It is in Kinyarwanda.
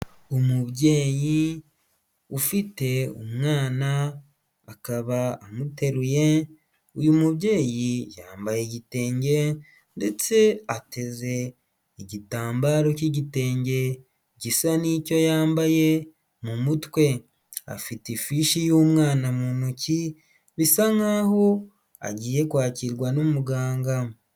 Umubyeyi ufite umwana akaba amuteruye, uyu mubyeyi yambaye igitenge ndetse ateze igitambaro cy'igitenge gisa n'icyo yambaye mu mutwe, afite ifishi y'umwana mu ntoki bisa nk'aho agiye kwakirwa n'umuganga.